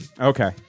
Okay